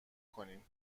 کنین